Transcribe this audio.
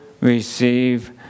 receive